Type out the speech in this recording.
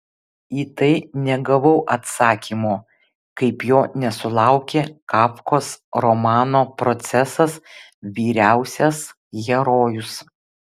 į tai negavau atsakymo kaip jo nesulaukė kafkos romano procesas vyriausias herojus